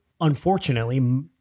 unfortunately